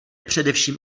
především